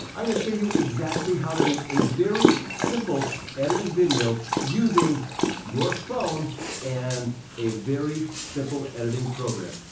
i'm gonna show you exactly how to make a very simple edited video using your phone and a very simple editing program.